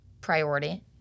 priority